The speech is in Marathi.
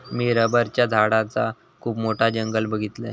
मी रबराच्या झाडांचा खुप मोठा जंगल बघीतलय